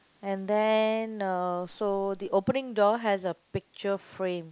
and then uh so the opening door has a picture frame